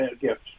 gift